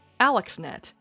AlexNet